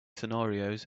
scenarios